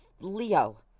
Leo